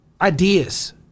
ideas